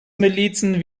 milizen